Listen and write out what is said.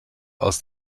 aus